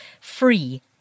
free